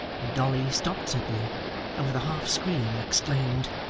when dolly stopped suddenly and with a half scream exclaimed,